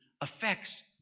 affects